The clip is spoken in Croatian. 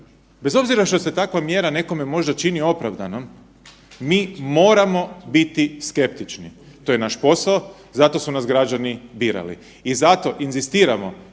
Bez obzira što se takva mjera nekome možda čini opravdanom mi moramo biti skeptični, to je naš posao za to su nas građani birali i zato inzistiramo